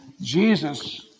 Jesus